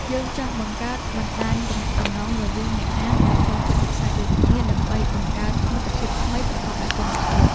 យើងចង់បង្កើតបណ្ដាញទំនាក់ទំនងរវាងអ្នកអានដែលចូលចិត្តវិស័យដូចគ្នា ដើម្បីបង្កើតមិត្តភាពថ្មីប្រកបដោយគុណភាព។